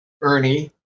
Ernie